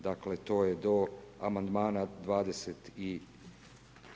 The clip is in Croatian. Dakle to je do amandmana 27.